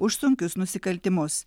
už sunkius nusikaltimus